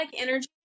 energy